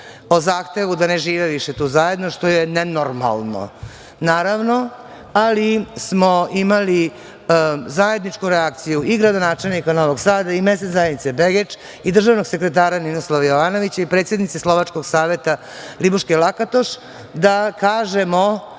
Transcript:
o zahtevu da ne žive više tu zajedno, što je nenormalno, naravno. Ali, imali smo zajedničku reakciju i gradonačelnika Novog Sada i mesne zajednice Begeč i državnog sekretara Ninoslava Jovanovića i predsednice Slovačkog saveta Libuške Lakatoš, da kažemo